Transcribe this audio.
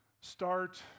start